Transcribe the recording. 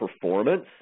performance